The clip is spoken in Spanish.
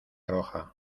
roja